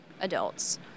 adults